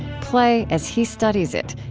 play, as he studies it,